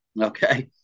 Okay